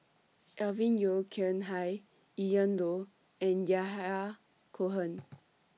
Alvin Yeo Khirn Hai Ian Loy and Yahya Cohen